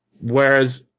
Whereas